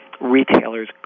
retailers